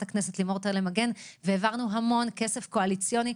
הכנסת לימור תלם מגן והעברנו המון כסף קואליציוני,